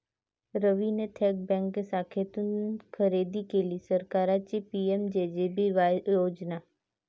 रवीने थेट बँक शाखेतून खरेदी केली सरकारची पी.एम.जे.जे.बी.वाय योजना